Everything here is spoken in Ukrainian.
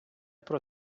про